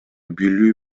билүү